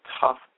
tough